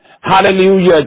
Hallelujah